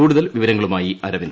കൂടുതൽ വിവരങ്ങളുമായി അരവിന്ദ്